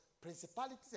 principalities